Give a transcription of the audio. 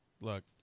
Look